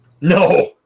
No